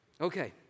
Okay